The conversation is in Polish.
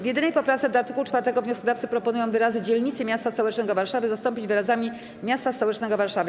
W jedynej poprawce do art. 4 wnioskodawcy proponują wyrazy „dzielnicy miasta stołecznego Warszawy” zastąpić wyrazami „miasta stołecznego Warszawy”